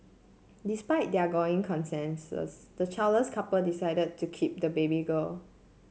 despite their gnawing the childless couple decide to keep the baby girl